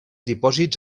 dipòsits